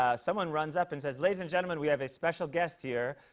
ah someone runs up and says, ladies and gentlemen, we have a special guest here.